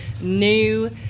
new